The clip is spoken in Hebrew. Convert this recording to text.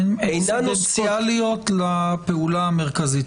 אינן עוסקות --- הן אקסידנטאליות לפעולה המרכזית.